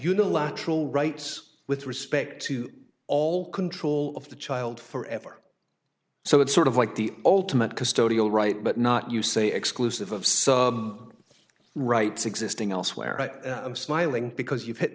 unilateral rights with respect to all control of the child forever so it's sort of like the ultimate custodial rights but not you say exclusive of some rights existing elsewhere i'm smiling because you've hit